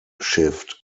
shift